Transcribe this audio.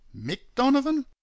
mcdonovan